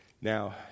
Now